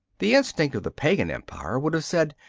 the instinct of the pagan empire would have said,